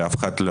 שאף אחד,